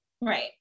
Right